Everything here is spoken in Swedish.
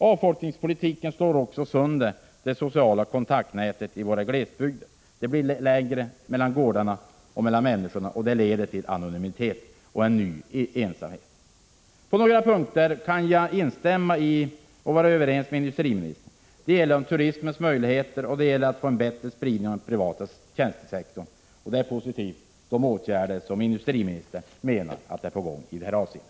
Avfolkningspolitiken slår också sönder det sociala kontaktnätet i våra glesbygder. Det blir längre mellan gårdarna och mellan människorna, och det leder till anonymitet och en ny ensamhet. På några punkter kan jag vara överens med industriministern. Det gäller turismens möjligheter och en bättre spridning av den privata tjänstesektorn. De åtgärder som industriministern menar är på gång i detta avseende är positiva. Tack än en gång.